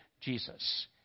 Jesus